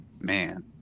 Man